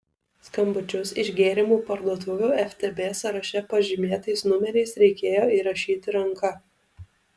skambučius iš gėrimų parduotuvių ftb sąraše pažymėtais numeriais reikėjo įrašyti ranka